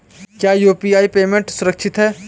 क्या UPI payment सुरक्षित है?